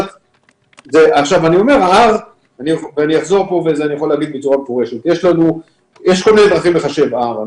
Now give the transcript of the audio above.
אם היו לנו איזשהן מחשבות אחרי הגל הראשון,